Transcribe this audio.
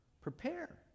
prepare